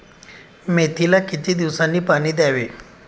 मेथीला किती दिवसांनी पाणी द्यावे?